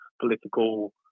political